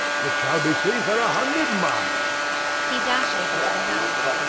it shall be seen for a hundred miles he dashes into the house.